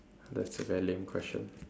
that's a very lame question